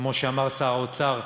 כמו שאמר שר האוצר,